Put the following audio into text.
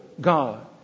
God